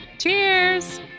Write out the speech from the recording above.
Cheers